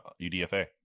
UDFA